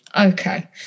Okay